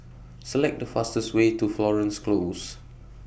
Select The fastest Way to Florence Close